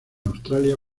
australia